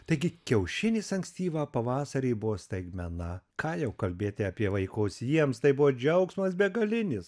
taigi kiaušinis ankstyvą pavasarį buvo staigmena ką jau kalbėti apie vaikus jiems tai buvo džiaugsmas begalinis